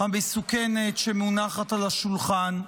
המסוכנת שמונחת על השולחן.